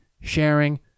sharing